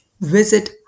visit